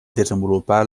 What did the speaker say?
desenvolupar